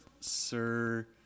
sir